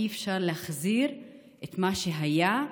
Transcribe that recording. אי-אפשר להחזיר את מה שהיה.